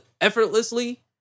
effortlessly